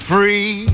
Free